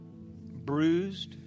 Bruised